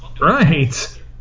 Right